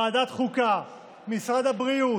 ועדת חוקה, משרד הבריאות,